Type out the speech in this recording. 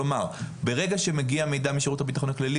כלומר ברגע שהגיע מידע משירות הבטחון הכללי,